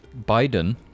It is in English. Biden